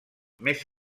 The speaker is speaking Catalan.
més